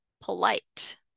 polite